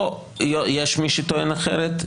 פה יש מי שטוען אחרת,